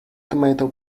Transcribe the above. tomato